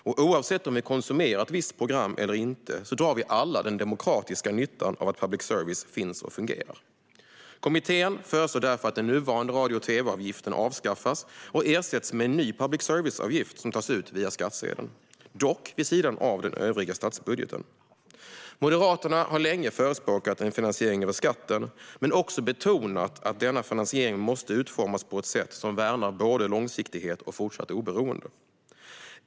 Oavsett om vi konsumerar ett visst program eller inte drar vi alla den demokratiska nyttan av att public service finns och fungerar. Kommittén föreslår därför att den nuvarande radio och tv-avgiften avskaffas och ersätts med en ny public service-avgift som tas ut via skattsedeln, dock vid sidan av den övriga statsbudgeten. Moderaterna har länge förespråkat en finansiering över skatten men har också betonat att denna finansiering måste utformas på ett sätt som värnar både långsiktighet och fortsatt oberoende.